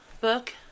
book